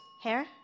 Hair